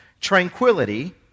Tranquility